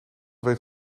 weet